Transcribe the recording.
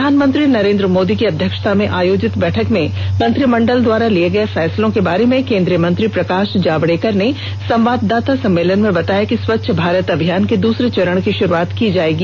प्रधानमंत्री नरेंद्र मोदी की अध्यक्षता में आयोजित बैठक में मंत्रिमंडल द्वारा लिये गये फैसलों के बारे में केंद्रीय मंत्री प्रकाश जावडेकर ने संवाददाता सम्मेलन में बताया कि स्वच्छ भारत अभियान के दूसरे चरण की शुरूआत की जायेगी